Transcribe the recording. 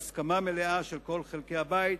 בהסכמה מלאה של כל חלקי הבית,